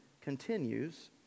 continues